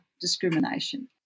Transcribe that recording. discrimination